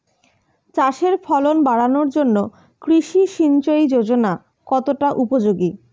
চাষের ফলন বাড়ানোর জন্য কৃষি সিঞ্চয়ী যোজনা কতটা উপযোগী?